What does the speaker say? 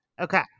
Okay